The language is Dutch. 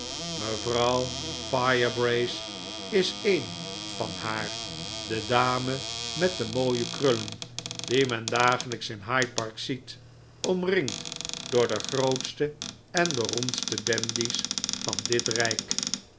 mevrouw firebrace is een van haar de dame met de mooie krullen die men dagelijks in hyde park ziet omringd door de grootste en beroemdste dandies van dit rijk